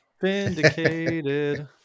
Vindicated